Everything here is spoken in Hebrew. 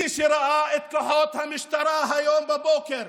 מי שראה את כוחות המשטרה היום בבוקר,